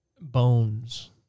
bones